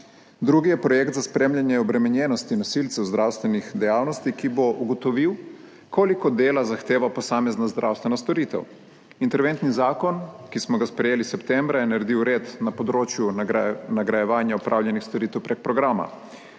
Drugi je projekt za spremljanje obremenjenosti nosilcev zdravstvenih dejavnosti, ki bo ugotovil, koliko dela zahteva posamezna zdravstvena storitev. Interventni zakon, ki smo ga sprejeli septembra, je naredil red na področju nagrajevanja opravljenih storitev prek programa.